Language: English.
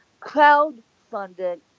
crowdfunded